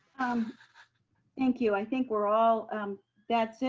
um thank you. i think we're all um that's it.